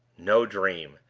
no dream!